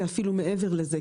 ואפילו מעבר לזה,